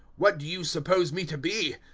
what do you suppose me to be?